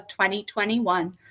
2021